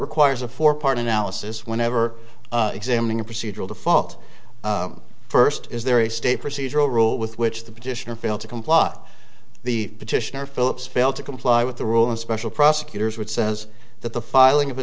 requires a four part analysis whenever examining a procedural default first is there a state procedural rule with which the petitioner failed to comply the petitioner philips fail to comply with the rule and special prosecutors would says that the filing of a